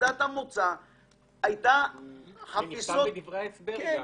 נקודת המוצא --- נכתב במפורש בדברי ההסבר,